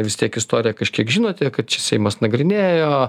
vis tiek istoriją kažkiek žinote kad čia seimas nagrinėjo